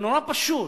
זה נורא פשוט,